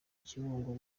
kibungo